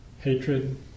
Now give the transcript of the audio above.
hatred